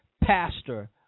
Pastor